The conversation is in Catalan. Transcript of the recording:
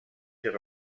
ser